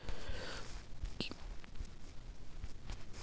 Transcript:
किसान credit card बनाने के क्या क्या फायदे हैं?